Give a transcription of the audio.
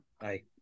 Bye